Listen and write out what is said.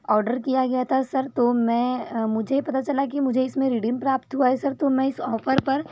order किया गया था सर तो मैं मुझे पता चला की मुझे इसमे रिडीम प्राप्त हुआ है सर तो मैं इस ऑफर पर